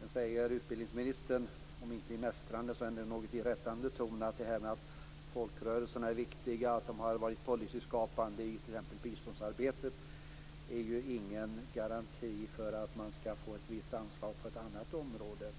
Sedan säger utbildningsministern, om inte i mästrande så ändå i något rättande ton, att det faktum att folkrörelserna är viktiga, att de har varit policyskapande i t.ex. biståndsarbetet, inte är någon garanti för att man skall få ett visst anslag på ett annat område.